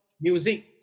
music